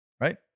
right